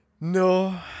no